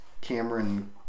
Cameron